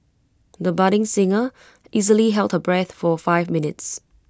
the budding singer easily held her breath for five minutes